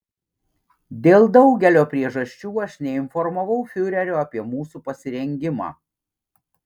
dėl daugelio priežasčių aš neinformavau fiurerio apie mūsų pasirengimą